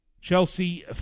Chelsea